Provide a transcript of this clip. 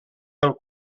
del